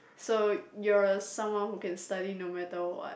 so you are someone who can study no matter what